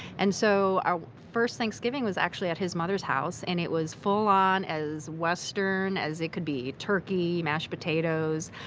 and so our first thanksgiving was actually at his mother's house, and it was full-on as western as it could be turkey, mashed potatoes,